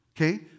okay